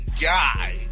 guy